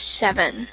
seven